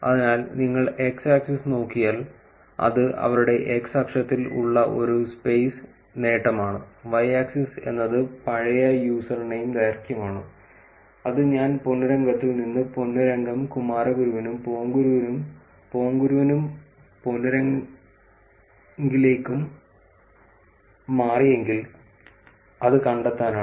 അതിനാൽ നിങ്ങൾ x axis നോക്കിയാൽ അത് അവരുടെ x അക്ഷത്തിൽ ഉള്ള ഒരു സ്പെയ്സ് നേട്ടം ആണ് y axis എന്നത് പഴയ യൂസർ നെയിം ദൈർഘ്യമാണ് അത് ഞാൻ പൊന്നുരംഗത്തിൽ നിന്ന് പൊന്നുരംഗം കുമാരഗുരുവിനും പോങ്കുരുവിനും പോങ്കുരുവിനും പോന്നുരങ്ങിലേക്കും മാറിയെങ്കിൽ അത് കണ്ടെത്താനാണ്